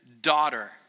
daughter